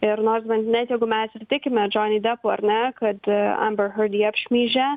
ir nors net jeigu mes tikime džoni depu ar ne kad amber herd jį apšmeižė